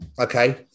okay